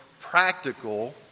practical